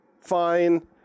fine